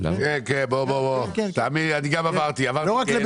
גם אני עברתי.